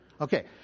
Okay